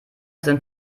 sind